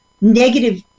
negative